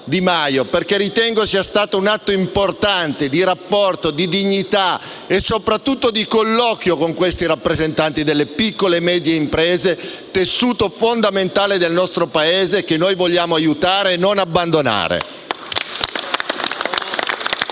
Di Maio, perché ritengo sia stato un atto importante di rapporto, di dignità e soprattutto di colloquio con questi rappresentanti delle piccole e medie imprese, tessuto fondamentale del nostro Paese che noi vogliamo aiutare e non abbandonare. *(Applausi